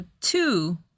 two